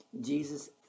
Jesus